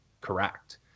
correct